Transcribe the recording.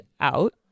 out